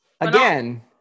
Again